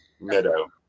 Meadow